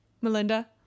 Melinda